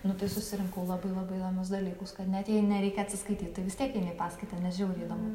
nu tai susirinkau labai labai įdomius dalykus kad net jei nereikia atsiskaityt tai vis tiek eini į paskaitą nes žiauriai įdomu